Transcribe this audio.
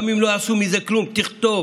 גם אם לא יעשו מזה כלום תכתוב.